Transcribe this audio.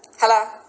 Hello